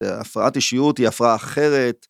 הפרעת אישיות היא הפרעה אחרת.